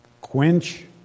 Quench